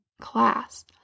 class